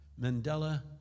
Mandela